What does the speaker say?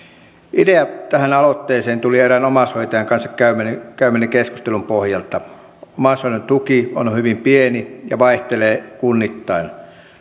idea tähän aloitteeseen tuli erään omaishoitajan kanssa käymäni käymäni keskustelun pohjalta omaishoidon tuki on on hyvin pieni ja vaihtelee kunnittain